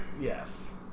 Yes